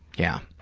yeah.